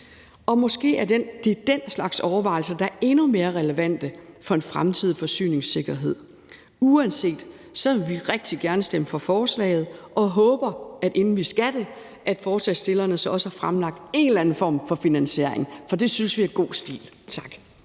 Måske er det den slags overvejelser, der er endnu mere relevante for en fremtidig forsyningssikkerhed. Uanset hvad vil vi rigtig gerne vil stemme for forslaget, og inden vi skal det, håber vi, at forslagsstillerne så også har fremlagt en eller anden form for finansiering, for det synes vi er god stil. Tak.